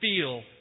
feel